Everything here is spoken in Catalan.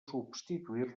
substituir